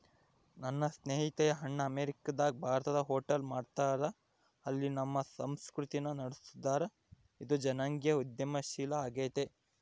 ನನ್ನ ಸ್ನೇಹಿತೆಯ ಅಣ್ಣ ಅಮೇರಿಕಾದಗ ಭಾರತದ ಹೋಟೆಲ್ ಮಾಡ್ತದರ, ಅಲ್ಲಿ ನಮ್ಮ ಸಂಸ್ಕೃತಿನ ನಡುಸ್ತದರ, ಇದು ಜನಾಂಗೀಯ ಉದ್ಯಮಶೀಲ ಆಗೆತೆ